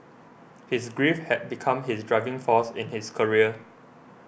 his grief had become his driving force in his career